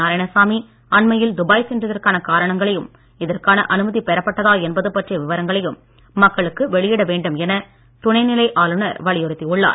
நாராயணசாமி அண்மையில் துபாய் சென்றதற்கான காரணங்களையும் இதற்கான அனுமதி பெறப்பட்டதா என்பது பற்றிய விவரங்களையும் மக்களுக்கு வெளியிட வேண்டும் என துணைநிலை ஆளுநர் வலியுறுத்தியுள்ளார்